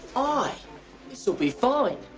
ah this will be fine.